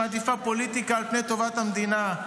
שמעדיפה פוליטיקה על פני טובת המדינה.